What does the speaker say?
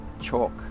chalk